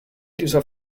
dieser